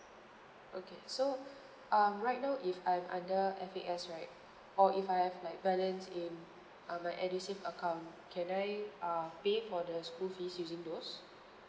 okay so um right now if I'm under F_A_S right or if I have like balance in uh my edusave account can I uh pay for the school fees using those